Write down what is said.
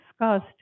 discussed